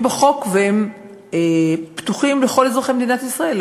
בחוק ופתוחים לכל אזרחי מדינת ישראל,